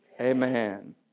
amen